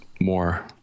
more